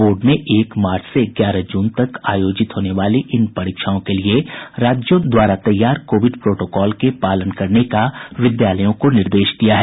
board ने एक मार्च से ग्यारह जून तक आयोजित होने वाली इन परीक्षाओं के लिए राज्यों द्वारा तैयार कोविड प्रोटोकाल के पालन करने का विद्यालयों को निर्देश दिया है